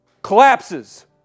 collapses